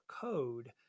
code